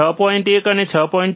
1 અને 6